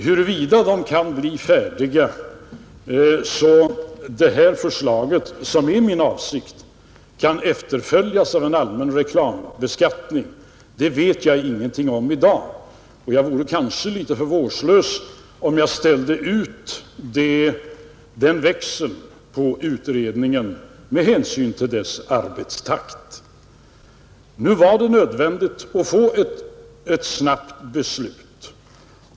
Huruvida de kan bli färdiga så att detta förslag — vilket är min avsikt — kan efterföljas av en allmän reklambeskattning vet jag ingenting om i dag, och jag vore kanske litet för vårdslös om jag ställde ut den växeln på utredningen med hänsyn till dess arbetstakt. Nu var det nödvändigt att få ett snabbt beslut.